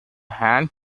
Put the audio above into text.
hand